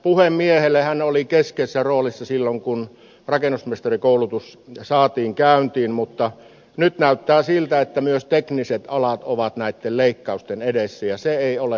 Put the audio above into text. hän oli keskeisessä roolissa silloin kun rakennusmestarikoulutus saatiin käyntiin mutta nyt näyttää siltä että myös tekniset alat ovat näitten leikkausten edessä ja se ei ole hyvä asia